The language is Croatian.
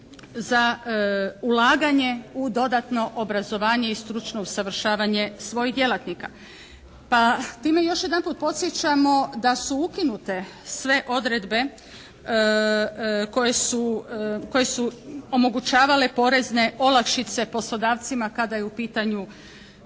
za ulaganje u dodatno obrazovanje i stručno usavršavanje svojih djelatnika. Pa time još jedanput podsjećamo da su ukinute sve odredbe koje su omogućavale porezne olakšice poslodavcima kada je u pitanju